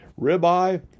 ribeye